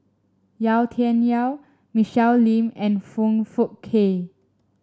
Yau Tian Yau Michelle Lim and Foong Fook Kay